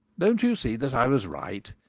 don't you see that i was right?